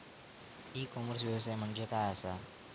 E commerce व्यवसाय म्हणजे काय असा?